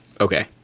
Okay